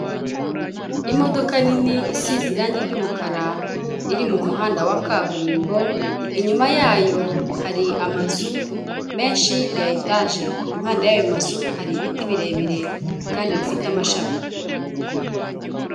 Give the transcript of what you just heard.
Imodoka nini isize irangi ry'umukara, iri mu muhanda wa kaburimbo, inyuma yayo hari amazu menshi ya etaje, impande y'ayo mazu hari ibiti birebire kandi bifite amashami.